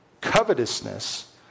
covetousness